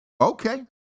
okay